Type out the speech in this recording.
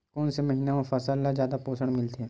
कोन से महीना म फसल ल जादा पोषण मिलथे?